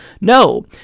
No